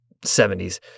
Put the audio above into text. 70s